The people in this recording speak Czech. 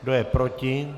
Kdo je proti?